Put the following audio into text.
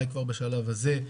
כבר בשלב הזה,